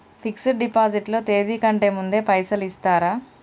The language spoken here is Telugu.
ఫిక్స్ డ్ డిపాజిట్ లో తేది కంటే ముందే పైసలు ఇత్తరా?